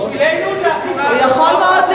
בשבילנו זה הכי